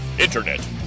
Internet